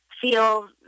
feel